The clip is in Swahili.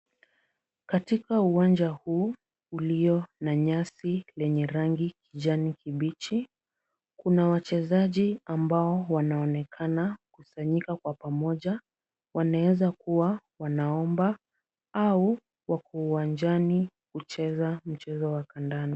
Katika uwanja huu ulio na nyasi lenye rangi kijani kibichi, kuna wachezaji ambao wanaonekana kusanyika kwa pamoja, wanaeza kuwa wanaomba au wako uwanjani kucheza mchezo wa kandanda.